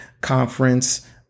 conference